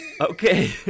okay